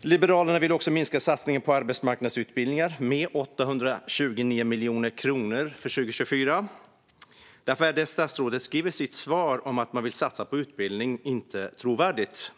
Liberalerna vill också minska satsningen på arbetsmarknadsutbildningar med 829 miljoner kronor för 2024. Därför är statsrådets svar att han vill satsa på utbildning inte trovärdigt.